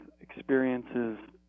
experiences